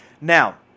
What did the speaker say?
Now